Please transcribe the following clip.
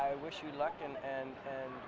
i wish you luck and and